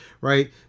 right